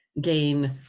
Gain